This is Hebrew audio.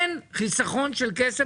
אין חיסכון של כסף ברפורמה.